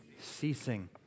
ceasing